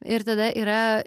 ir tada yra